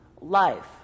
life